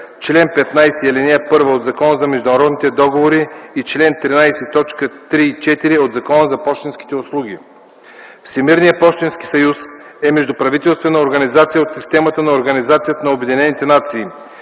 чл. 15, ал. 1 от Закона за международните договори и чл. 13, т. 3 и 4 от Закона за пощенските услуги. Всемирният пощенски съюз е междуправителствена организация от системата на